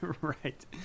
Right